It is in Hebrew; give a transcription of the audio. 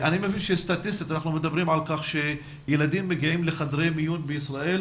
אני מבין שסטטיסטית אנחנו מדברים על כך שילדים מגיעים לחדרי מיון בישראל